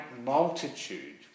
multitude